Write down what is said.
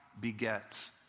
begets